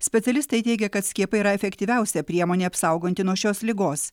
specialistai teigia kad skiepai yra efektyviausia priemonė apsauganti nuo šios ligos